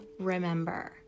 remember